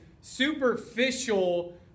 superficial